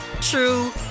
true